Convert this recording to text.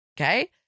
Okay